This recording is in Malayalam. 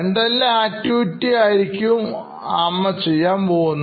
എന്തെല്ലാം ആക്ടിവിറ്റി ആയിരിക്കും അമ്മ ചെയ്യുവാൻ പോകുന്നത്